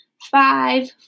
Five